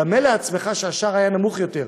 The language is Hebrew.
דמה לעצמך שהשער היה נמוך יותר,